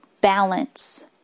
balance